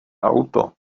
auto